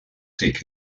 sich